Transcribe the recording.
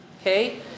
Okay